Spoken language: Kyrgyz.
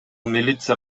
милиция